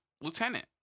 lieutenant